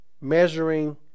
measuring